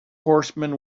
horsemen